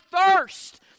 thirst